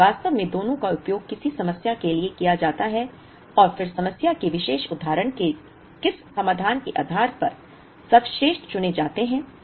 लेकिन वास्तव में दोनों का उपयोग किसी समस्या के लिए किया जाता है और फिर समस्या के विशेष उदाहरण के लिए वे किस समाधान के आधार पर सर्वश्रेष्ठ चुने जाते हैं